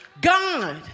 God